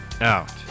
out